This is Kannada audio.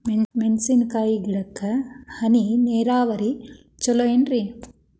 ಮೆಣಸಿನ ಗಿಡಕ್ಕ ಹನಿ ನೇರಾವರಿ ಛಲೋ ಏನ್ರಿ?